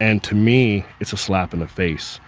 and to me, it's a slap in the face.